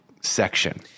section